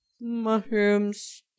mushrooms